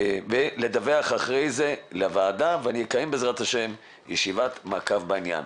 לדווח אחרי זה לוועדה ואקיים בע"ה ישיבת מעקב בעניין.